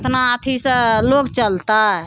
एतना अथी सँ लोग चलतै